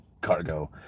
cargo